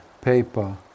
paper